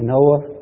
Noah